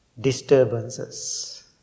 disturbances